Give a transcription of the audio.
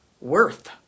worth